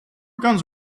guns